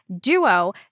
duo